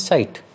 Site।